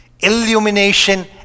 illumination